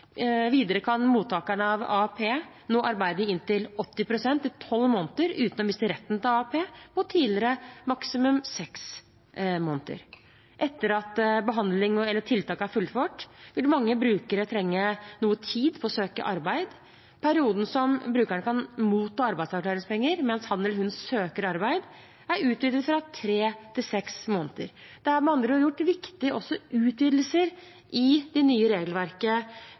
Videre kan mottakere av AAP nå arbeide inntil 80 pst. i tolv måneder uten å miste retten til AAP, mot tidligere maksimum seks måneder. Etter at behandling/tiltak er fullført, vil mange brukere trenge noe tid på å søke arbeid. Perioden som brukeren kan motta arbeidsavklaringspenger mens han eller hun søker arbeid, er utvidet fra tre til seks måneder. Det er med andre ord gjort også viktige utvidelser i det nye regelverket